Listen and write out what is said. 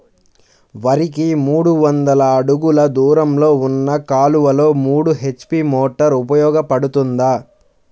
వరికి మూడు వందల అడుగులు దూరంలో ఉన్న కాలువలో మూడు హెచ్.పీ మోటార్ ఉపయోగపడుతుందా?